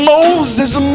Moses